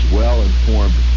well-informed